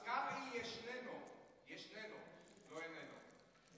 אז קרעי ישנו, ישנו, לא איננו.